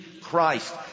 Christ